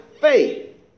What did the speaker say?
faith